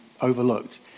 overlooked